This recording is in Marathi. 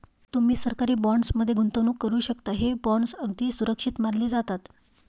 तुम्ही सरकारी बॉण्ड्स मध्ये गुंतवणूक करू शकता, हे बॉण्ड्स अगदी सुरक्षित मानले जातात